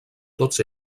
tots